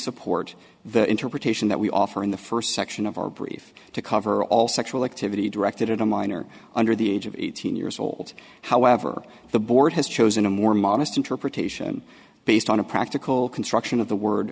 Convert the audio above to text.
support the interpretation that we offer in the first section of our brief to cover all sexual activity directed at a minor under the age of eighteen years old however the board has chosen a more modest interpretation based on a practical construction of the word